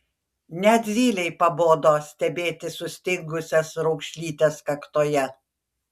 net zylei pabodo stebėti sustingusias raukšlytes kaktoje